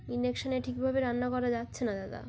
ইন্ডাকশনে ঠিকভাবে রান্না করা যাচ্ছে না দাদা